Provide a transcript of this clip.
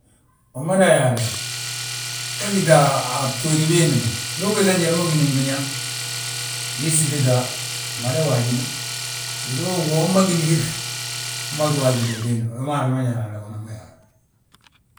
Wi mada yaale, we gíta a btooti biindi ma, ndu ubiiŧa njali ma ugí ngi biñaŋ bii ssiti taa, umada waajina. Sadi uwom ma wi lígir, unbadu waaji liiti wiindi ma, wi ma Haala ma ñaanan unan wi yaa.